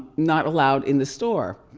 not allowed in the store.